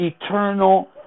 eternal